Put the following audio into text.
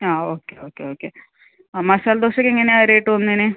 ആ okay okay okay masala ദോശക്കെങ്ങനാണ് റേറ്റൊന്നിന്